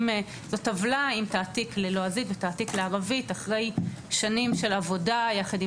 זו טבלה עם תעתיק ללועזית ותעתיק לערבית אחרי שנים של עבודה יחד עם